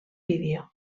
vídeo